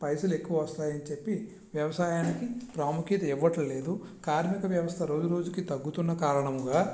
పైసలు ఎక్కువ వస్తాయని చెప్పి వ్యవసాయానికి ప్రాముఖ్యత ఇవ్వట్లేదు కార్మిక వ్యవస్థ రోజు రోజుకి తగ్గుతున్న కారణంగా